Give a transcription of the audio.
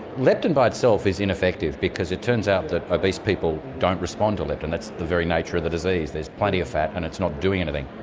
leptin by itself is ineffective because it turns out that obese people don't respond to leptin, that's the very nature of the disease there's plenty of fat and it's not doing anything.